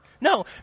No